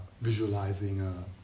visualizing